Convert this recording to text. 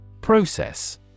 Process